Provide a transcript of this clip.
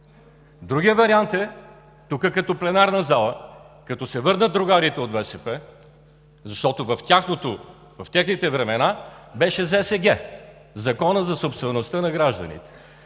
Другият вариант е: тук, в пленарната зала, като се върнат другарките и другарите от БСП, защото в техните времена беше ЗСГ – Законът за собствеността на гражданите,